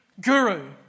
guru